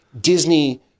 Disney